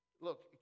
Look